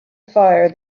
fire